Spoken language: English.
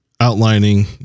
outlining